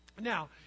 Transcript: Now